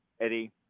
Eddie